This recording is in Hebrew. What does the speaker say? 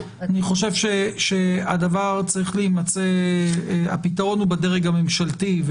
אני חושב שהפתרון הוא בדרג הממשלתי,